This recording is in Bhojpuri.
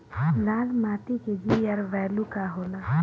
लाल माटी के जीआर बैलू का होला?